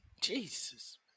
Jesus